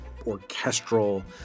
orchestral